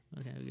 okay